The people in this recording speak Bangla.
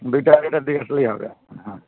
দুটো আড়াটে দিকে আসলেই হবে হ্যাঁ